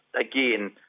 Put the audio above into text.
again